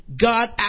God